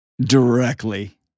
Directly